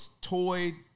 toy